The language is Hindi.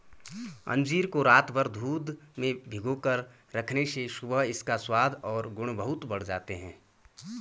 अंजीर को रातभर दूध में भिगोकर रखने से सुबह इसका स्वाद और गुण बहुत बढ़ जाते हैं